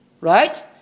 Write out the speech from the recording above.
Right